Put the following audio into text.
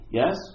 yes